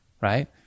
right